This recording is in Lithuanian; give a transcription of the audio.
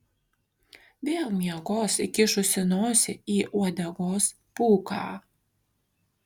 vėl miegos įkišusi nosį į uodegos pūką